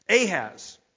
Ahaz